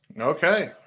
Okay